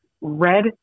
Red